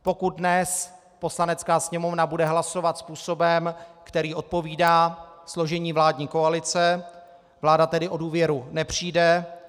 Pokud dnes Poslanecká sněmovna bude hlasovat způsobem, který odpovídá složení vládní koalice, vláda o důvěru nepřijde.